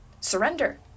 surrender